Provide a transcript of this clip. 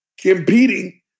competing